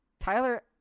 Tyler